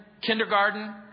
kindergarten